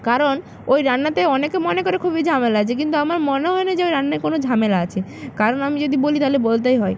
কারণ ওই রান্নাতে অনেকে মনে করে খুবই ঝামেলা আছে কিন্তু আমার মনে হয় না যে ওই রান্নায় কোনো ঝামেলা আছে কারণ আমি যদি বলি তাহলে বলতেই হয়